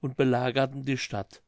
und belagerten die stadt